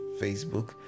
Facebook